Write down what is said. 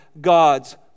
God's